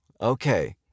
Okay